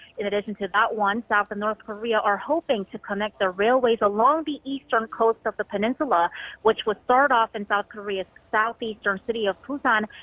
in addition to that one, south and north korea are hoping to connect their railways along the eastern coast of the peninsula which would start off in south korea's southeastern city of busan,